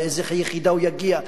לאיזו יחידה הוא יגיע,